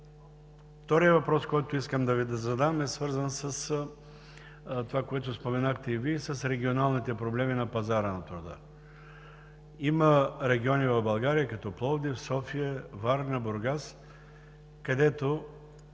Вторият въпрос, който искам да Ви задам, е свързан с това, което споменахте и Вие – с регионалните проблеми на пазара на труда. Има региони в България като Пловдив, София, Варна, Бургас, където